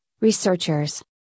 researchers